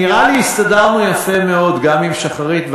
נראה לי שהסתדרנו יפה מאוד גם עם שחרית,